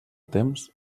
temps